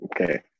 okay